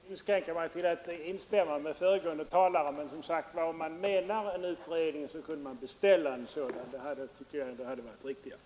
Herr talman! Jag kan inskränka mig till att instämma med föregående talare. Men om man vill ha en utredning, så kunde man som sagt ha beställt en sådan — det tycker jag hade varit riktigare.